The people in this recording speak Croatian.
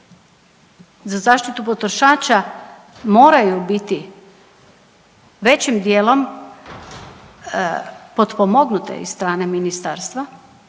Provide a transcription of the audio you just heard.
za zaštitu potrošača moraju biti većim dijelom potpomognute od strane ministarstva.